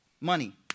Money